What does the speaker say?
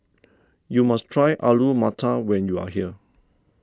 you must try Alu Matar when you are here